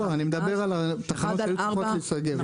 אני מדבר על התחנות שהיו צריכות להיסגר.